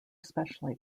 especially